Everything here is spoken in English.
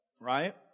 right